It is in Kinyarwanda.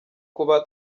kuba